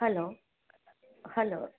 hello hello